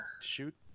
shoot